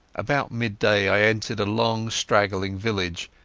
about midday i entered a long straggling village,